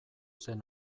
zen